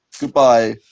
goodbye